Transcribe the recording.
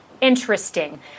interesting